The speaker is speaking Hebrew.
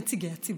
נציגי הציבור.